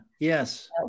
Yes